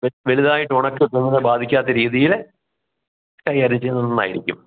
വലുതായിട്ട് ഉണക്ക പുഴുവിനെ ബാധിക്കാത്ത രീതിയിൽ കൈകാര്യം ചെയ്യുന്നത് നന്നായിരിക്കും